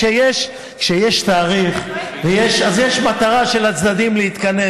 כשיש תאריך, אז יש מטרה של הצדדים להתכנס.